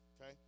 Okay